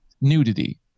nudity